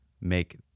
make